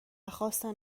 خواستم